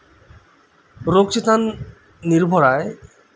ᱨᱳᱜᱽ ᱪᱮᱛᱟᱱ ᱱᱤᱨᱵᱷᱚᱨᱟᱭ